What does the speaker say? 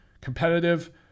Competitive